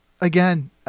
again